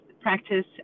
practice